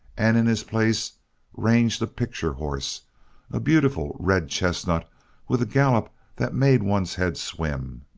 and in his place ranged a picture horse a beautiful red chestnut with a gallop that made one's head swim.